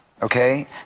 Okay